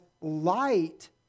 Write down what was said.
light